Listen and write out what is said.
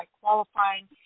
qualifying